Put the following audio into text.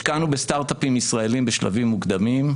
השקענו בסטארט-אפים ישראלים בשלבים מוקדמים,